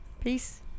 peace